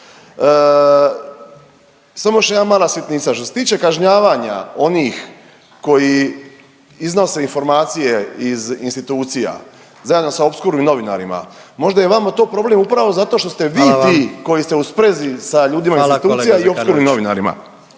Samo još jedna mala sitnica što se tiče kažnjavanja onih koji iznose informacije iz institucija zajedno sa opskurnim novinarima, možda je vama to problem upravo zato što ste vi ti … …/Upadica predsjednik: Hvala vam./… … koji ste u sprezi sa ljudima institucija i opskurnim novinarima.